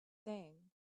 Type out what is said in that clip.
saying